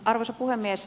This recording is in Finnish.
arvoisa puhemies